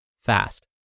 fast